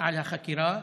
על החקירה,